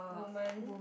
woman